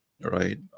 Right